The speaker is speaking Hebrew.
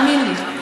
תאמין לי,